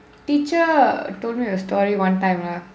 teacher told me a story one time lah